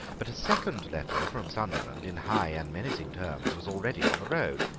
but a second letter from sunderland, in high and menacing terms, was already on the road.